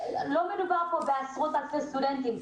זה לא שמדובר פה בעשרות אלפי סטודנטים.